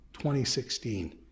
2016